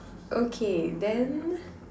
okay then